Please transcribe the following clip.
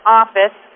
office